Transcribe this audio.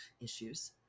issues